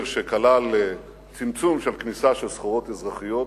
שכלל צמצום של כניסה של סחורות אזרחיות,